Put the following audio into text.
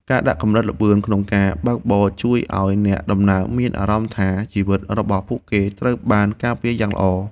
ការដាក់កម្រិតល្បឿនក្នុងការបើកបរជួយឱ្យអ្នកដំណើរមានអារម្មណ៍ថា ជីវិតរបស់ពួកគេត្រូវបានការពារយ៉ាងល្អ។